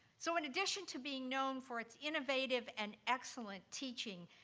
so in addition to being known for its innovative and excellent teaching,